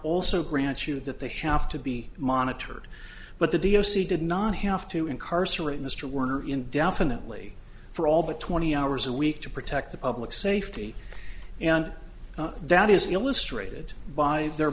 also grant you that they have to be monitored but the d o c did not have to incarcerate mr werner indefinitely for all the twenty hours a week to protect the public safety and that is illustrated by their